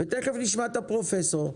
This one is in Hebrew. תיכף נשמע את הפרופסור.